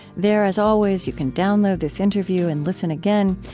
there, as always, you can download this interview and listen again.